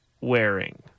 wearing